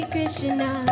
Krishna